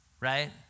right